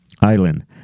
Island